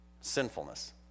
Sinfulness